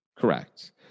Correct